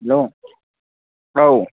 অঁ হাউ